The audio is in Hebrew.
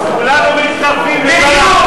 כולנו מצטרפים לבל"ד.